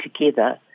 together